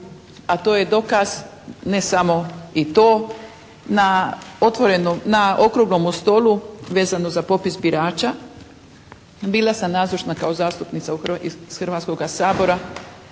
a to je dokaz ne samo i to na otvorenom, na Okruglome stolu vezano za popis birača bila sam nazočna kao zastupnica iz Hrvatskoga sabora.